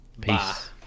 Peace